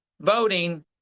voting